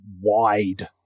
wide